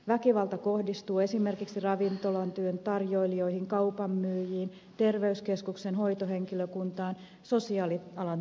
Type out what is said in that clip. väkivalta kohdistuu esimerkiksi ravintolatyössä tarjoilijoihin kaupan myyjiin terveyskeskusten hoitohenkilökuntaan ja sosiaalialan työntekijöihin